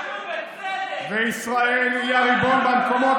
אנחנו בצדק, וישראל היא הריבון במקומות